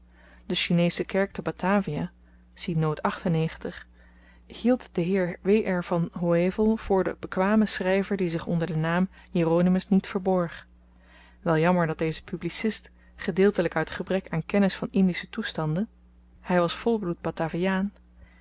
de chinesche kerk te batavia hield den heer w r van hoevell voor den bekwamen schryver die zich onder den naam jeronimus niet verborg wel jammer dat deze publicist gedeeltelyk uit gebrek aan kennis van indische toestanden by was volbloed bataviaan meer